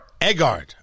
EGARD